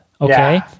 Okay